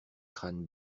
crâne